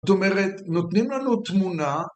זאת אומרת, נותנים לנו תמונה